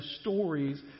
stories